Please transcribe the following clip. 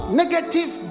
negative